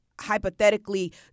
hypothetically